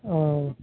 ஆ ஆ